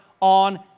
on